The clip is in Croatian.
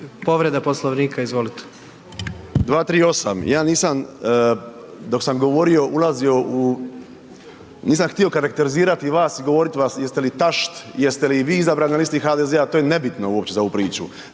**Zekanović, Hrvoje (HRAST)** 238., ja nisam dok sam govorio ulazio u, nisam htio karakterizirati vas i govoriti vam jeste li tašt, jeste li vi izabrani na listi HDZ-a, to je nebitno uopće za ovu priču.